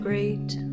great